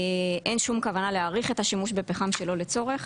אין שום כוונה להאריך את השימוש בפחם שלא לצורך.